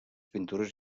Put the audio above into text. pintures